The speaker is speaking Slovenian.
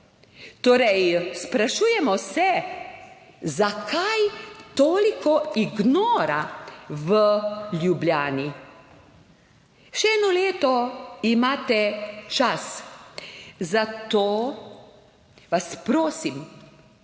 Torej sprašujemo se, zakaj toliko ignora v Ljubljani. Še eno leto imate čas, zato vas prosim,